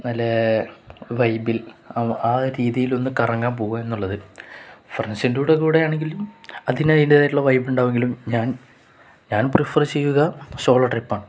നല്ല വൈബിൽ ആ രീതിയിലൊന്നു കറങ്ങാൻ പോവുക എന്നുള്ളത് ഫ്രണ്ട്സിന്റൂടെ കൂടെയാണെങ്കിലും അതിനതിന്റേതായിട്ടുള്ള വൈബുണ്ടാവുമെങ്കിലും ഞാൻ ഞാൻ പ്രിഫർ ചെയ്യുക സോളോ ട്രിപ്പാണ്